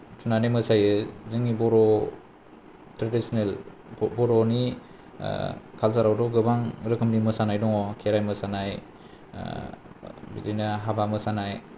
थुनानै मोसायो जोंनि बर' ट्रेडिसनेल बर'नि कालचारावथ' गोबां रोखोमनि मोसानाय दङ खेराय मोसानाय बिदिनो हाबा मोसानाय